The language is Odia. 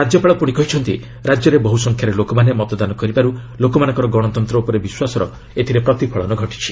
ରାଜ୍ୟପାଳ ପୁଣି କହିଛନ୍ତି ରାଜ୍ୟରେ ବହୁସଂଖ୍ୟାରେ ଲୋକମାନେ ମତଦାନ କରିବାରୁ ଲୋକମାନଙ୍କର ଗଣତନ୍ତ ଉପରେ ବିଶ୍ୱାସର ପ୍ରତିଫଳନ ଘଟିଛି